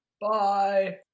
Bye